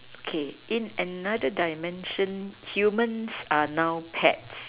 okay in another dimension humans are now pets